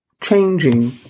changing